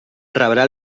rebrà